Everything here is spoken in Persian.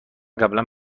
قبلا